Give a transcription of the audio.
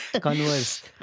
Converse